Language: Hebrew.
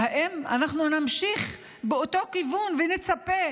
האם אנחנו נמשיך באותו כיוון ונצפה